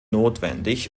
notwendig